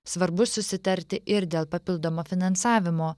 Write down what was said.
svarbu susitarti ir dėl papildomo finansavimo